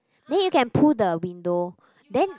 then you can pull the window then